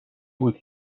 بود